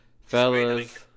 fellas